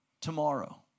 tomorrow